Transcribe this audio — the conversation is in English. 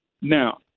now